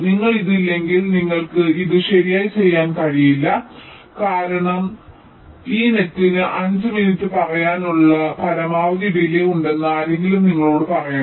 നിങ്ങൾക്ക് ഇത് ഇല്ലെങ്കിൽ നിങ്ങൾക്ക് ഇത് ശരിയായി ചെയ്യാൻ കഴിയില്ല കാരണം ഈ നെറ്റിന് 5 മിനിറ്റ് പറയാനുള്ള പരമാവധി ഡിലെ ഉണ്ടെന്ന് ആരെങ്കിലും നിങ്ങളോട് പറയണം